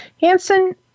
Hanson